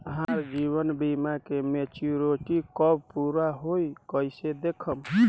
हमार जीवन बीमा के मेचीयोरिटी कब पूरा होई कईसे देखम्?